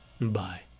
Bye